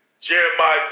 Jeremiah